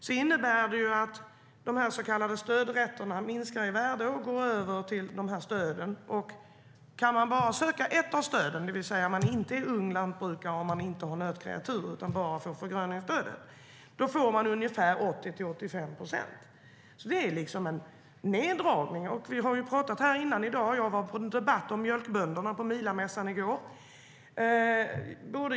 Det innebär att de så kallade stödrätterna minskar i värde och går över till stöden. Vi har talat om det här innan. Jag var på en debatt om mjölkbönderna på Milamässan i går.